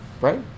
right